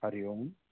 हरिओम्